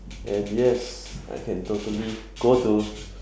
and yes I can totally go to